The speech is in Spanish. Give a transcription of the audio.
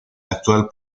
actual